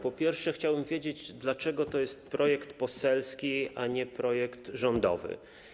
Po pierwsze, chciałbym wiedzieć, dlaczego to jest projekt poselski a nie projekt rządowy?